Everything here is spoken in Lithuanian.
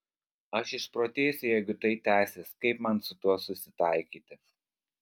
aš išprotėsiu jeigu tai tęsis kaip man su tuo susitaikyti